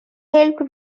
helped